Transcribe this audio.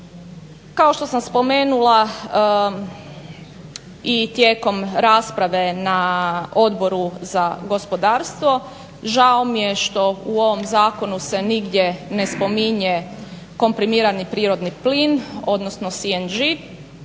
Kao što sam spomenula i tijekom rasprave na Odboru za gospodarstvo žao mi je što u ovom zakonu se nigdje ne spominje komprimirani prirodni plin, odnosno CNG